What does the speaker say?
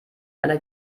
einer